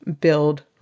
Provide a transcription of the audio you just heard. build